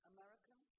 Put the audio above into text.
American